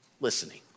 listening